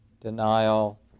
denial